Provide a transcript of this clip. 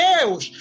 Deus